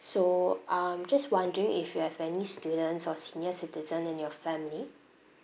so um just wondering if you have any students or senior citizen in your family